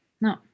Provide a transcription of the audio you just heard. No